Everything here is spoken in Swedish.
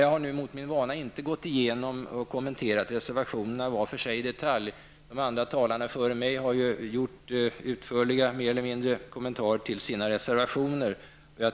Jag har mot min vana inte gått igenom och kommenterat reservationerna var för sig i detalj. De föregående talarna har mer eller mindre utförligt kommenterat sina reservationer.